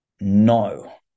No